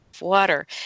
water